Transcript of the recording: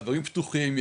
דברים פתוחים,